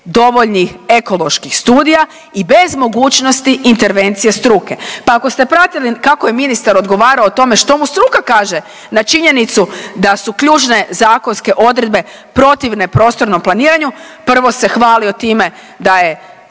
dovoljnih ekoloških studija i bez mogućnosti intervencije struke, pa ako ste pratili kako je ministar odgovarao o tome što mu struka kaže na činjenicu da su ključne zakonske odredbe protivne prostornom planiranju prvo se hvalio time da je struka